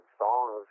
songs